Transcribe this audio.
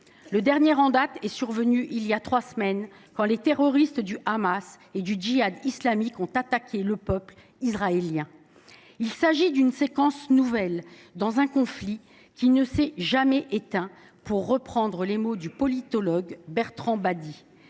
Le dernier en date est survenu il y a trois semaines, quand les terroristes du Hamas et du Djihad islamique ont attaqué le peuple israélien. Il s’agit d’une « séquence nouvelle d’un conflit qui ne s’est pas éteint », pour reprendre les mots du politologue Bertrand Badie.